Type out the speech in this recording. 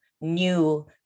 new